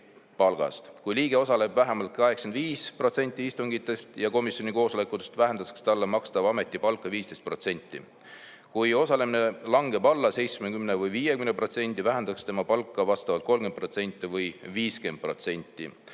Kui liige osaleb vähemalt 85% istungitest ja komisjoni koosolekutest, vähendatakse talle makstavat ametipalka 15%. Kui osalemine langeb alla 70% või 50%, vähendatakse tema palka vastavalt 30% või 50%.